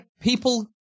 People